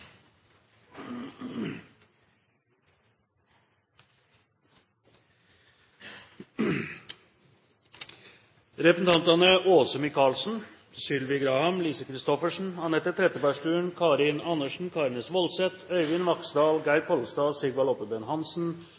Representantene påhørte stående presidentens minnetale. Representantene Åse Michaelsen, Sylvi Graham, Lise Christoffersen, Anette Trettebergstuen, Karin Andersen, Karin S. Woldseth, Øyvind Vaksdal, Geir Pollestad, Sigvald Oppebøen Hansen,